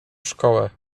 szkołę